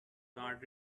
guard